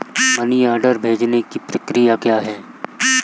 Money order भेजने की प्रक्रिया क्या है?